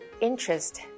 interest